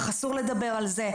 אסור לדבר על זה,